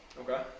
Okay